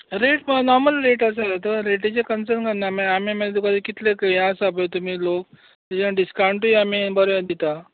rate पय normal rate आसात रेटिचे टेन्शन घेनाका आमी मागीर ते तुका कितले हे आसा पळय तुमी लोक त्या डिसकांउटूय आमी बरे दिता